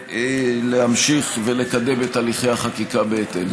ולהמשיך ולקדם את הליכי החקיקה בהתאם.